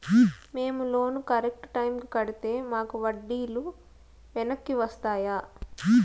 మేము loan correct టైముకి కట్టితే మాకు వడ్డీ లు వెనక్కి వస్తాయా?